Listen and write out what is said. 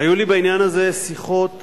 היו לי בעניין הזה שיחות רבות,